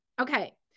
Okay